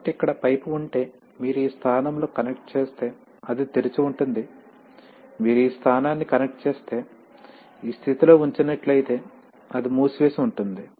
కాబట్టి ఇక్కడ పైపు ఉంటే మీరు ఈ స్థానంలో కనెక్ట్ చేస్తే అది తెరిచి ఉంటుంది మీరు ఈ స్థానాన్ని కనెక్ట్ చేస్తేఈ స్థితిలో ఉంచినట్లయితే అది మూసివేసి ఉంటుంది